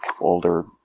older